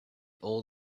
all